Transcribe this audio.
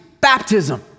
baptism